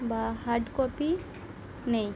বা hard copy নেই